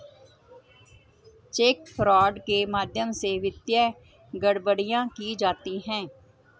check fraud के माध्यम से वित्तीय गड़बड़ियां की जाती हैं